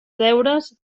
deures